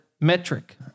metric